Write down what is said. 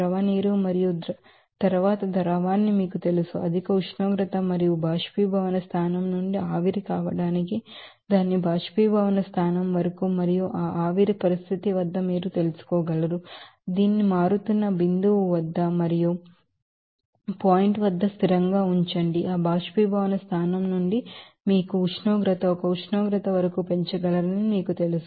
ద్రవ నీరు మరియు తరువాత ద్రవాన్ని మీకు తెలుసు అధిక ఉష్ణోగ్రత మరియు బొయిలింగ్ పాయింట్ నుండి ఆవిరి కావడానికి దాని బొయిలింగ్ పాయింట్ వరకు మరియు ఆ ఆవిరి పరిస్థితి వద్ద మీరు తెలుసుకోగలరు దాని బొయిలింగ్ పాయింట్ వద్ద బొయిలింగ్ పాయింట్ వద్ద స్థిరంగా ఉంచండి మరియు ఆ బొయిలింగ్ పాయింట్ నుండి మీరు ఉష్ణోగ్రతను ఒక ఉష్ణోగ్రత వరకు పెంచగలరని మీకు తెలుసు